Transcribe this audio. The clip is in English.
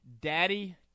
daddy